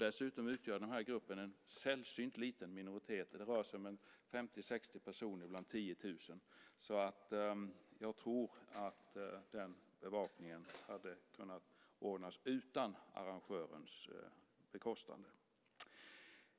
Dessutom utgör den här gruppen en sällsynt liten minoritet - det rör sig om 50-60 personer bland 10 000. Jag tror att den bevakningen hade kunnat ordnas utan arrangörens bekostande.